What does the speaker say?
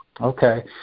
Okay